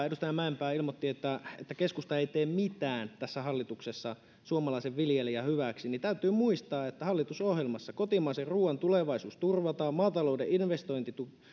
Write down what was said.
edustaja mäenpää ilmoitti että että keskusta ei tee tässä hallituksessa mitään suomalaisen viljelijän hyväksi niin täytyy muistaa että hallitusohjelmassa kotimaisen ruuan tulevaisuus turvataan maatalouden